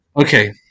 Okay